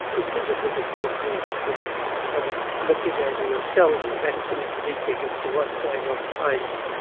it is a bit associated with kind of looking over your shoulder, mentally speaking, as to what's going on behind you.